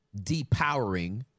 depowering